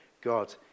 God